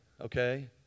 okay